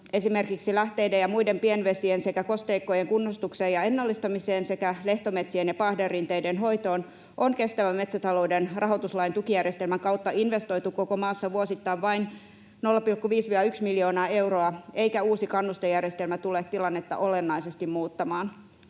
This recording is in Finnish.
esimerkiksi lähteiden ja muiden pienvesien sekä kosteikkojen kunnostukseen ja ennallistamiseen sekä lehtometsien ja paahderinteiden hoitoon, on kestävän metsätalouden rahoituslain tukijärjestelmän kautta investoitu koko maassa vuosittain vain 0,5—1 miljoonaa euroa, eikä uusi kannustejärjestelmä tule tilannetta olennaisesti muuttamaan.